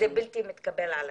זה בלתי מתקבל על הדעת.